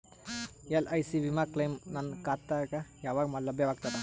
LIC ವಿಮಾ claim ನನ್ನ ಖಾತಾಗ ಯಾವಾಗ ಲಭ್ಯವಾಗತದ?